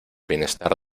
bienestar